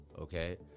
okay